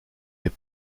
des